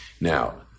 now